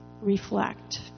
Reflect